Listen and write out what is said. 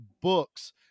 books